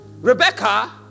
Rebecca